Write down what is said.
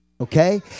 Okay